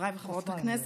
חבריי חברי וחברות הכנסת,